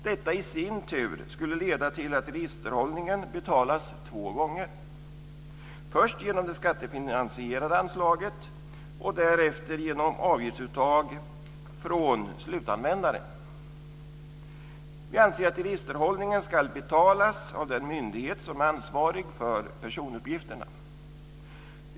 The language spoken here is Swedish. Detta skulle i sin tur leda till att registerhållningen betalas två gånger, först genom det skattefinansierade anslaget och därefter genom avgiftsuttag från slutanvändaren. Vi anser att registerhållningen ska betalas av den myndighet som är ansvarig för personuppgifterna.